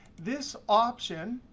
this option,